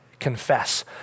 confess